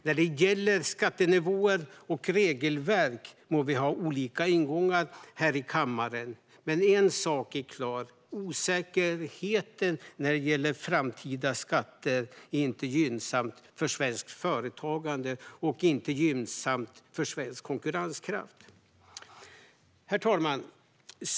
När det gäller skattenivåer och regelverk må vi ha olika ingångar här i kammaren, men en sak är klar: Osäkerhet om framtida skatter är ingenting som är gynnsamt för svenskt företagande eller för svensk konkurrenskraft. Herr talman!